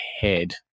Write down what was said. head